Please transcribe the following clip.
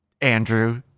Andrew